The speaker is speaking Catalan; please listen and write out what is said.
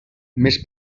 més